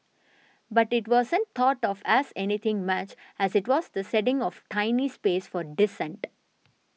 but it wasn't thought of as anything much as it was the ceding of a tiny space for dissent